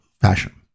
fashion